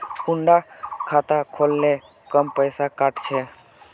कुंडा खाता खोल ले कम पैसा काट छे?